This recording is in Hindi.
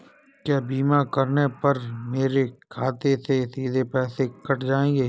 क्या बीमा करने पर मेरे खाते से सीधे पैसे कट जाएंगे?